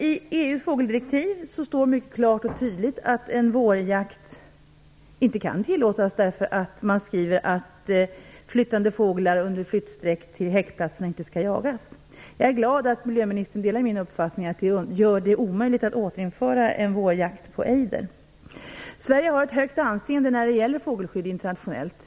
I EU:s fågeldirektiv står det mycket klart och tydligt att en vårjakt inte kan tillåtas därför att flyttande fåglar under flytt till häckningsplats inte skall jagas. Jag är glad att jordbruksministern delar min uppfattning att detta gör det omöjligt att återinföra en vårjakt på ejder. Sverige har internationellt ett högt anseende när det gäller fågelskydd.